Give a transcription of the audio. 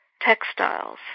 textiles